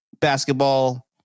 basketball